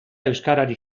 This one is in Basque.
euskararik